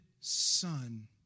son